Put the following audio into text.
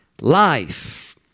life